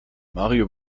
mario